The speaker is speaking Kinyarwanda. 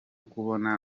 kubona